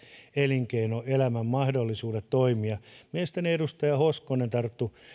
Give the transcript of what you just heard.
elinkeinoelämän mahdollisuudet toimia mielestäni edustaja hoskonen tarttui